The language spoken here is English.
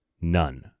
none